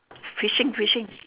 fishing fishing